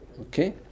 Okay